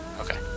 Okay